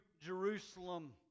Jerusalem